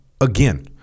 again